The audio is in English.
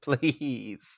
please